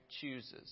chooses